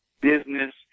business